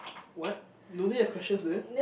what no need have questions there